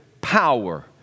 power